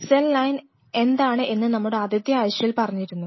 cell line എന്താണ് എന്ന് നമ്മുടെ ആദ്യത്തെ ആഴ്ചയിൽ പറഞ്ഞിരുന്നു